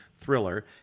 Thriller